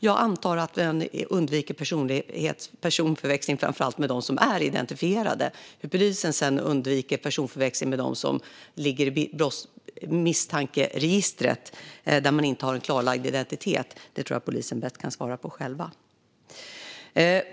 Jag antar att man undviker personförväxling framför allt med dem som är identifierade. Hur polisen sedan undviker personförväxling med dem som ligger i misstankeregistret och inte har en klarlagd identitet tror jag att polisen bäst kan svara på själv.